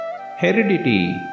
Heredity